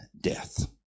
death